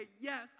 yes